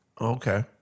Okay